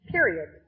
Period